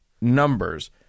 numbers